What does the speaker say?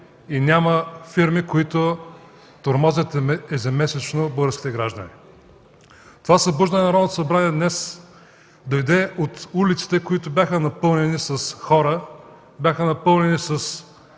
и фирми, които тормозят ежемесечно българските граждани. Това събуждане на Народното събрание днес дойде от улиците, които бяха напълнени с хора, бяха напълнени с